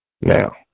Now